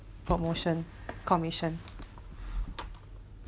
promotion commission